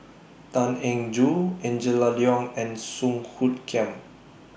Tan Eng Joo Angela Liong and Song Hoot Kiam